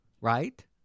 right